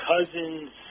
cousin's